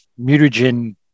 mutagen